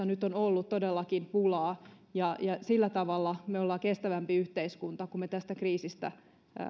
nyt on ollut todellakin työvoimapulaa ja sillä tavalla me olemme kestävämpi yhteiskunta kun me tästä kriisistä